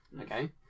okay